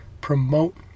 promote